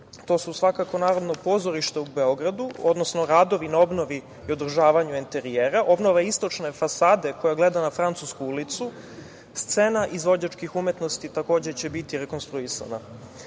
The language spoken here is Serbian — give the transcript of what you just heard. To su svakako, naravno, pozorišta u Beogradu, odnosno radovi na obnovi održavanju enterijera, obnova istočne fasade koja gleda na Francusku ulicu. Scena izvođačkih umetnosti takođe će biti rekonstruisana.